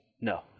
no